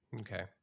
Okay